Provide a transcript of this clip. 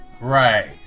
right